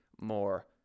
more